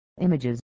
images